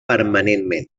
permanentment